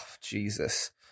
Jesus